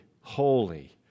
holy